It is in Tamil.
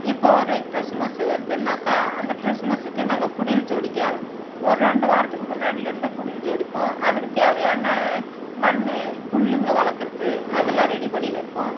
இப்போ ஒரு கிறிஸ்மஸ் வருதுன்னாக்கா அந்த கிறிஸ்மஸுக்கு நாங்கள் குடில் ஜோடிக்க ஒரு ரெண்டு வாரத்துக்கு முன்னாடிலேந்து குடில் ஜோடிப்போம் அதுக்கு தேவையான மண் புல்லுங்க வளர்க்கறது அதெலாம் ரெடி பண்ணின்னுருப்போம்